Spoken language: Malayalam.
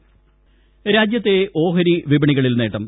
ഓഹരിവിപണി രാജ്യത്തെ ഓഹരി വിപണികളിൽ നേട്ടം